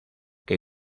que